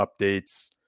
updates